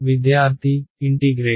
విద్యార్థి ఇంటిగ్రేట్